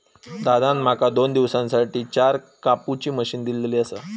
दादान माका दोन दिवसांसाठी चार कापुची मशीन दिलली आसा